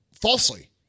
falsely